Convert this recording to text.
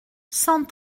cent